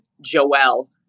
Joel